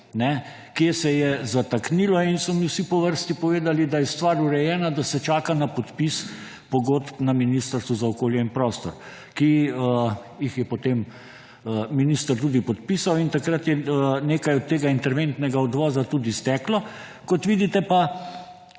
kje se je zataknilo, in so mi vsi po vrsti povedali, da je stvar urejena, da se čaka na podpis pogodb na Ministrstvu za okolje in prostor. Potem jih je minister tudi podpisal in takrat je nekaj od tega interventnega odvoza tudi steklo, kot vidite, pa